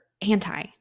anti